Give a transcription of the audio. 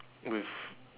with